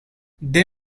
they